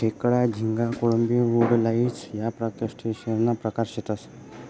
खेकडा, झिंगा, कोळंबी, वुडलाइस या क्रस्टेशियंससना प्रकार शेतसं